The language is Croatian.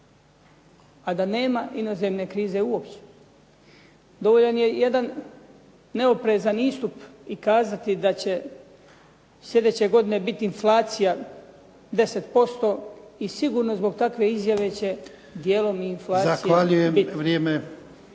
a da nema inozemne krize uopće. Dovoljan je jedan neoprezan istup i kazati da će slijedeće godine biti inflacija 10% i sigurno zbog takve izjave će djelom i inflacija bit,